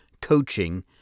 coaching